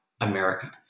America